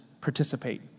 participate